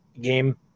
game